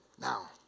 Now